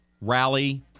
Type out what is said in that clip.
rally